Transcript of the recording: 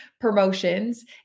promotions